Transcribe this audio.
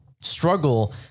struggle